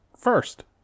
First